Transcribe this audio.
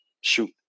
shoot